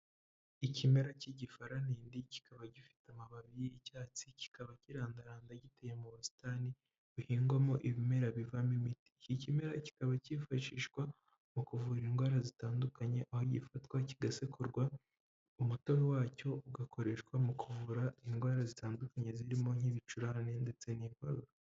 Ikimera cy'igifaranindi kikaba gifite amababi y’icyatsi kikaba kirandaranda giteye mu busitani buhingwamo ibimera bivamo imiti iki kimera kikaba cyifashishwa mu kuvura indwara zitandukanye aho gifatwa kigasekurwa umutobe wacyo ugakoreshwa mu kuvura indwara zitandukanye zirimo nk'ibicurane ndetse n'indwara…